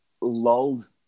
lulled